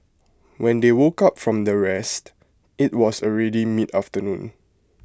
when they woke up from their rest IT was already mid afternoon